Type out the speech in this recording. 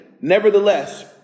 nevertheless